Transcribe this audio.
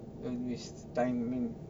don't waste timing